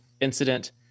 incident